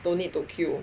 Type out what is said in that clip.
don't need to queue